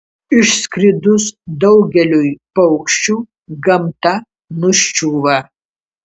išskridus daugeliui paukščių gamta nuščiūva